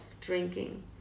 drinking